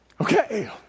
okay